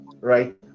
right